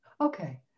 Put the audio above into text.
okay